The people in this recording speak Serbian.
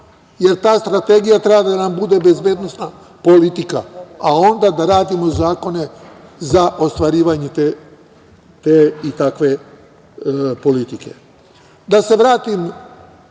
jer ta strategija treba da nam bude bezbednosna politika, a onda da radimo zakone za ostvarivanje te i takve politike. Da